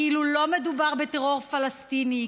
כאילו לא מדובר בטרור פלסטיני,